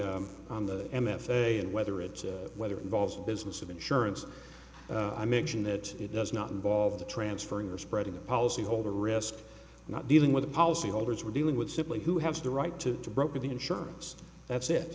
be on the m f a and whether it's whether it involves a business of insurance i make sure that it does not involve the transferring or spreading the policyholder risk not dealing with the policyholders we're dealing with simply who has the right to broker the insurance that's it